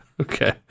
Okay